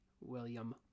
William